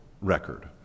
record